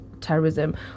terrorism